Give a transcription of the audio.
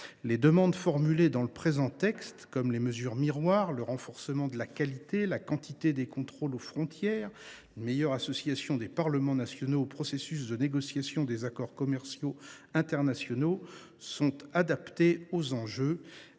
Les demandes formulées dans le présent texte, comme les mesures miroirs, le renforcement de la qualité et la quantité des contrôles aux frontières, ainsi qu’une meilleure association des parlements nationaux au processus de négociation des accords commerciaux internationaux sont adaptées aux enjeux,